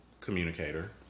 communicator